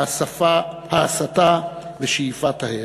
ההסתה ושאיפת ההרג.